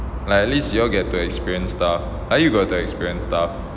like at least you all get to experience stuff like you got to experience stuff